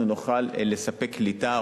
אנחנו נוכל לספק קליטה,